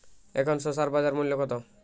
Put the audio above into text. এখন শসার বাজার মূল্য কত?